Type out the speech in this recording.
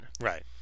Right